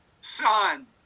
son